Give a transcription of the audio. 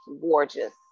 gorgeous